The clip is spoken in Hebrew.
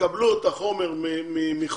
שיקבלו את החומר מחו"ל